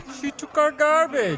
she took our garbage